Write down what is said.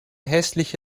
hässliche